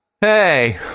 Hey